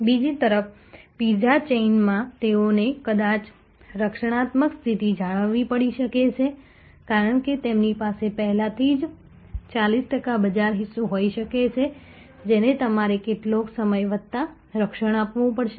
બીજી તરફ પિઝા ચેઇનમાં તેઓને કદાચ રક્ષણાત્મક સ્થિતિ જાળવવી પડી શકે છે કારણ કે તેમની પાસે પહેલાથી જ 40 ટકા બજાર હિસ્સો હોઈ શકે છે જેને તમારે કેટલોક સમય વત્તા રક્ષણ આપવું પડશે